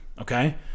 Okay